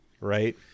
right